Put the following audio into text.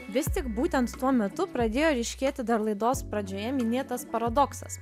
vis tik būtent tuo metu pradėjo ryškėti dar laidos pradžioje minėtas paradoksas